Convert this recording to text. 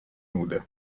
nude